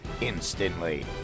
instantly